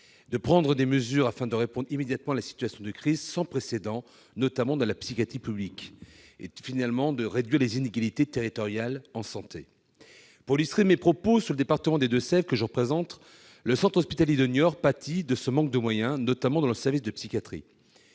de prendre des mesures afin de répondre immédiatement à la situation de crise sans précédent, notamment dans la psychiatrie publique, et de réduire les inégalités territoriales en santé. Dans le département des Deux-Sèvres, que je représente, le centre hospitalier de Niort pâtit de ce manque de moyens, notamment dans le service de psychiatrie,